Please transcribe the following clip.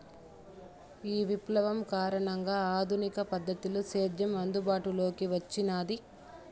ఈ విప్లవం కారణంగా ఆధునిక పద్ధతిలో సేద్యం అందుబాటులోకి వచ్చినాది